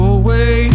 away